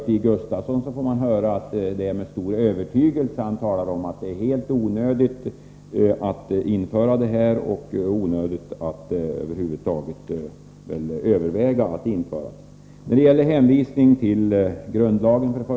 Stig Gustafsson talar med stor övertygelse om att det är onödigt att tillämpa lagen på offentlig upphandling och att det är onödigt att över huvud taget överväga den saken.